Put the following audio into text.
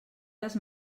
les